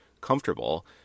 comfortable